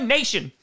Nation